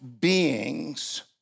beings